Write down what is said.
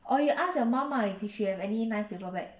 or you ask your mum ah if she have any nice paper bag